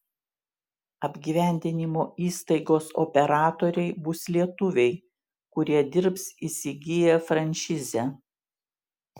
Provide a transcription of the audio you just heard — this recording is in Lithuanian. apgyvendinimo įstaigos operatoriai bus lietuviai kurie dirbs įsigiję frančizę